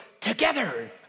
together